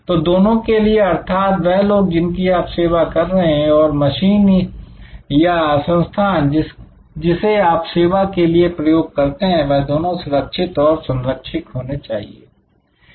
तो दोनों के लिए अर्थात वह लोग जिनकी आप सेवा कर रहे हैं और मशीन या संस्थान जिसे आप सेवा के लिए प्रयोग करते हैं वह दोनों सुरक्षित और संरक्षित होने चाहिए